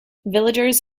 villagers